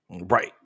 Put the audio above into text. Right